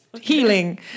healing